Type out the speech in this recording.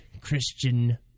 Christian